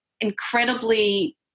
incredibly